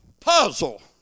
puzzle